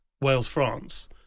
Wales-France